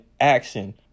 action